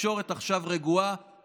התקשורת עכשיו רגועה.